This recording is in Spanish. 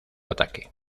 ataque